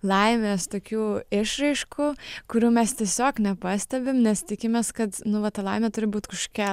laimės tokių išraiškų kurių mes tiesiog nepastebim nes tikimės kad nu va ta laimė turi būt kažkokia